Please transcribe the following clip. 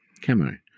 camo